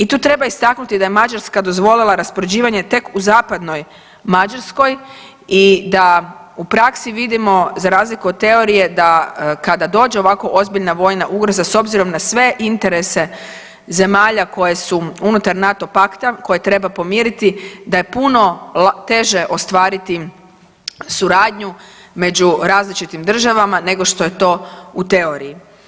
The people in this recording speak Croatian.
I tu treba istaknuti da je Mađarska dozvolila raspoređivanje tek u zapadnoj Mađarskoj i da u praksi vidimo za razliku od teorije da kada dođe ovako ozbiljna vojna ugroza s obzirom na sve interese zemalja koje su unutar NATO pakta, koje treba pomiriti, da je puno teže ostvariti suradnju među različitim državama nego što je to u teoriji.